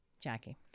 Jackie